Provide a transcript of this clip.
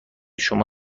شما